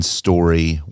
story